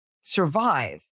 survive